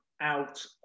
Out